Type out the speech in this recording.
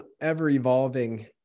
ever-evolving